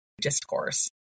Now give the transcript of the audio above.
discourse